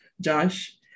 Josh